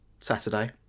Saturday